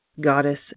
Goddess